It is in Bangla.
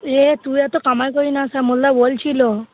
এ তুই এতো কামাই করিস না শ্যামলদা বলছিলো